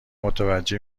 متوجه